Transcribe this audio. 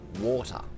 Water